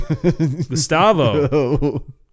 Gustavo